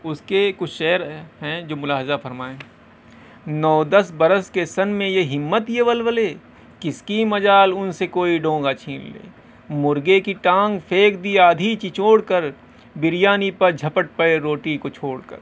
اس کے کچھ شعر ہیں جو ملاحظہ فرمائیں نو دس برس کے سن میں یہ ہمت یہ ولولے کس کی مجال ان سے کوئی ڈونگا چھین لے مرغے کی ٹانگ پھینک دی آدھی چچوڑ کر بریانی پر جھپٹ پڑے روٹی کو چھوڑ کر